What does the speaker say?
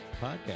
Podcast